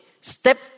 step